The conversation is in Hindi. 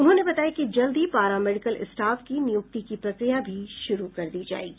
उन्होंने बताया कि जल्द ही पारा मेडिकल स्टाफ की नियुक्ति की प्रक्रिया भी शुरू कर दी जायेगी